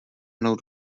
mnou